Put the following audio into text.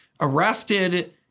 arrested